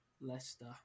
Leicester